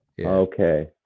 Okay